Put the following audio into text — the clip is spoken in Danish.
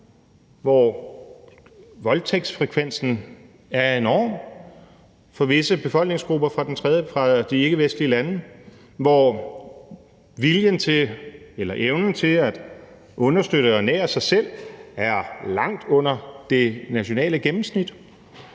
hvor voldtægtsfrekvensen er enorm fra visse befolkningsgrupper fra de ikkevestlige lande, og hvor viljen til eller evnen til at understøtte og ernære sig selv er langt under det nationale gennemsnit.